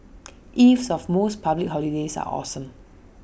eves of most public holidays are awesome